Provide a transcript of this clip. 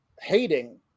hating